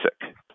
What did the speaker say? basic